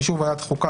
באישור ועדת החוקה,